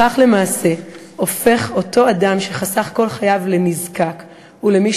כך למעשה הופך אותו אדם שחסך כל חייו לנזקק ולמי